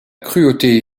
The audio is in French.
cruauté